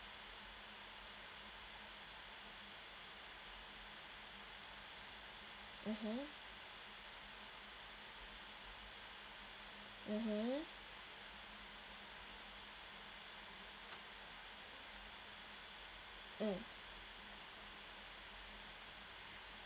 mmhmm mmhmm mm